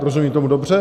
Rozumím tomu dobře?